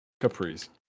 Capris